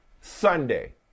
Sunday